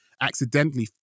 accidentally